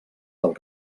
del